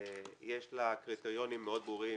יש קריטריונים מאוד ברורים